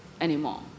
anymore